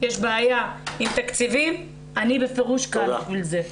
יש בעיה עם תקציבים, אני בפירוש על זה.